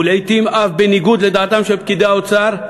ולעתים אף בניגוד לדעתם של פקידי האוצר,